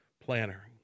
planner